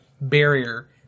barrier